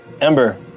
Ember